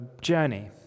journey